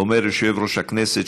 אומר יושב-ראש הכנסת,